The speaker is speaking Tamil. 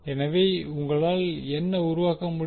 எனவே உங்களால் என்ன உருவாக்க முடியும்